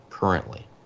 currently